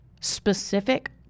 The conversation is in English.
specific